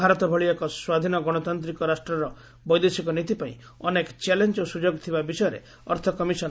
ଭାରତ ଭଳି ଏକ ସ୍ୱାଧୀନ ଗଣତାନ୍ତିକ ରାଷ୍ଟର ବୈଦେଶିକ ନୀତିପାଇଁ ଅନେକ ଚ୍ୟାଲେଞ୍ଜ ଓ ସ୍ରଯୋଗ ଥିବା ବିଷୟରେ ଅର୍ଥ କମିଶନ୍ ଅବଗତ ଅଛି